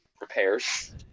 repairs